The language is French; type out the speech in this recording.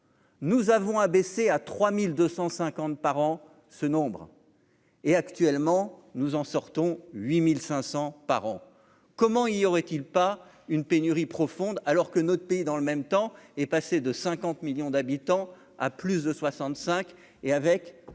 nous avons abaissé à 3250 par an, ce nombre est actuellement nous en sortons 8500 par an, comment il y aurait-il pas une pénurie profonde alors que notre pays dans le même temps est passé de 50 millions d'habitants, à plus de soixante-cinq